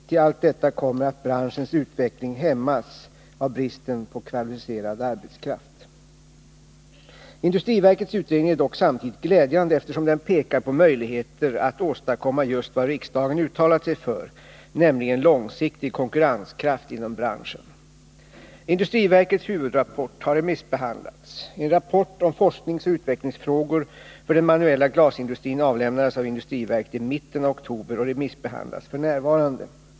Till allt detta kommer att branschens utveckling hämmas av bristen på kvalificerad arbetskraft. Industriverkets utredning är dock samtidigt glädjande, eftersom den pekar på möjligheter att åstadkomma just vad riksdagen uttalat sig för, nämligen långsiktig konkurrenskraft inom branschen. Industriverkets huvudrapport har remissbehandlats. En rapport om forskningsoch utvecklingsfrågor för den manuella glasindustrin avlämnades av industriverket i mitten av oktober och remissbehandlas f. n.